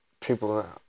People